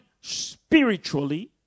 spiritually